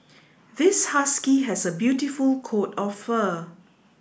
this husky has a beautiful coat of fur